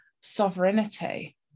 sovereignty